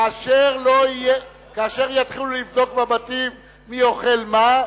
כאשר יתחילו לבדוק בבתים מי אוכל מה,